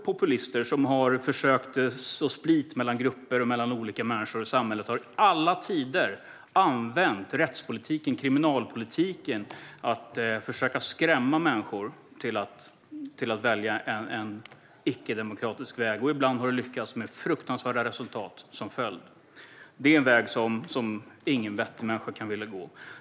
Populister som har försökt att så split mellan olika grupper och människor i samhället har i alla tider använt rättspolitiken och kriminalpolitiken för att försöka skrämma människor till att välja en icke-demokratisk väg. Ibland har det lyckats, med fruktansvärda resultat som följd. Det är en väg som ingen vettig människa kan vilja gå.